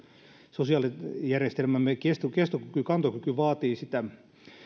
sosiaalijärjestelmämme kesto ja kantokyky vaatii sitä sen vuoksi